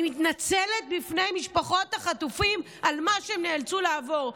אני מתנצלת בפני משפחות החטופים על מה שהם נאלצו לעבור.